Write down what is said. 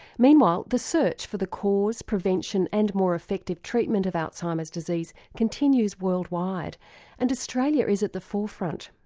meanwhile the search for the cause, prevention and more effective treatment of alzheimer's disease continues worldwide and australia is at the forefront.